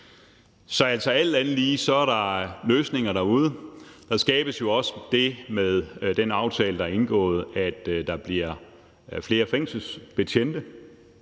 Så alt andet lige er der altså løsninger derude. Der skabes jo også det med den aftale, der er indgået, at der bliver flere fængselsbetjente.